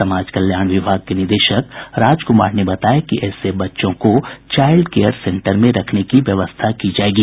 समाज कल्याण विभाग के निदेशक राजकुमार ने बताया कि ऐसे बच्चों को चाइल्ड केयर सेंटर में रखने की व्यवस्था की जायेगी